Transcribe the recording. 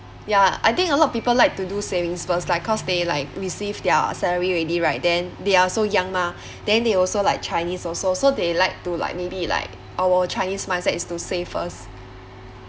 ya I think a lot of people like to do savings first like cause they like receive their salary already right then they are so young mah then they also like chinese also so they like to like maybe like our chinese mindset is to save first